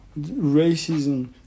racism